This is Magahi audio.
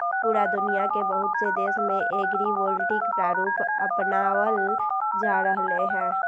पूरा दुनिया के बहुत से देश में एग्रिवोल्टिक प्रारूप अपनावल जा रहले है